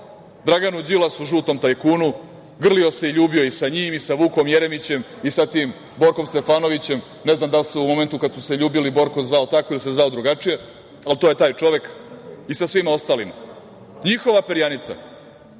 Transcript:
Draganu Đilasu, žutom tajkunu, grlio se i ljubio i sa njim i sa Vukom Jeremićem i sa tim Borkom Stefanovićem, ne znam da li se u tom momentu, kada su se ljubili, Borko zvao tako ili drugačije, to je taj čovek, i sa svima ostalima, njihova perjanica,